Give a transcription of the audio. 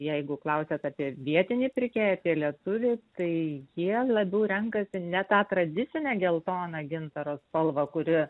jeigu klausiat apie vietinį pirkėją apie lietuvį tai jie labiau renkasi ne tą tradicinę geltoną gintaro spalvą kuri